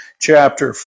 chapter